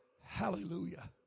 Hallelujah